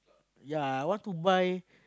yea I want to buy